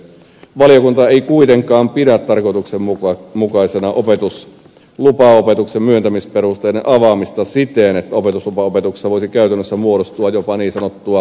valiokunta ei kuitenkaan pidä tarkoituksenmukaisena opetuslupaopetuksen myöntämisperusteiden avaamista siten että opetuslupaopetuksessa voisi käytännössä muodostua jopa niin sanottua harmaata taloutta